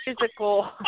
Physical